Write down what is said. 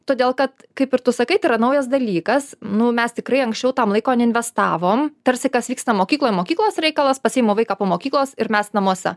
todėl kad kaip ir tu sakai tai yra naujas dalykas nu mes tikrai anksčiau tam laiko neinvestavom tarsi kas vyksta mokykloj mokyklos reikalas pasiimu vaiką po mokyklos ir mes namuose